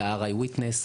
את ה-RI Witness,